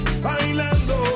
Bailando